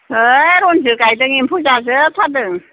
ऐ रन्जित गायदों एम्फौ जाजोबथारदों